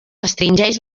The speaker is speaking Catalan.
restringeix